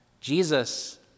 Jesus